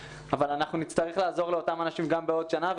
אבל אנחנו נצטרך לעזור לאותם אנשים גם בעוד שנה.